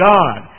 God